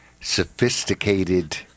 sophisticated